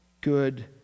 good